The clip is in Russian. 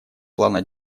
плана